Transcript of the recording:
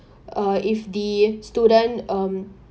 uh if the student um